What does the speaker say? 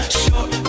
short